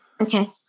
Okay